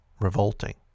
Revolting